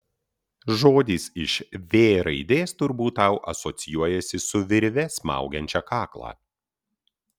žodis iš v raidės turbūt tau asocijuojasi su virve smaugiančia kaklą